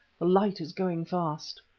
the light is going fast.